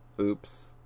Oops